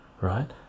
right